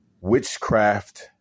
witchcraft